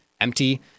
empty